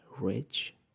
rich